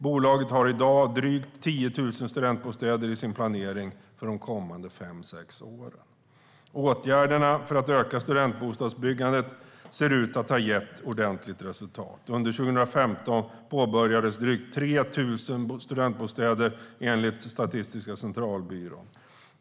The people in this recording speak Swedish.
Bolaget har i dag drygt 10 000 studentbostäder i sin planering för de kommande fem sex åren. Åtgärderna för att öka studentbostadsbyggandet ser ut att ha gett ordentligt resultat. Under 2015 påbörjades drygt 3 000 studentbostäder, enligt Statistiska centralbyrån.